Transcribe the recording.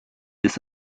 des